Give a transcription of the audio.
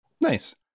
Nice